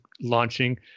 launching